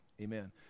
Amen